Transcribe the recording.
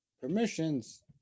permissions